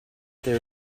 there